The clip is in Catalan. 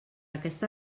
aquesta